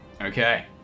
Okay